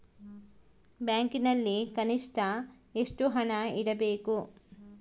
ಬ್ಯಾಂಕಿನಲ್ಲಿ ಕನಿಷ್ಟ ಎಷ್ಟು ಹಣ ಇಡಬೇಕು?